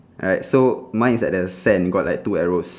alright so mine is like the sand got like two arrows